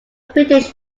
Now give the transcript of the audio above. british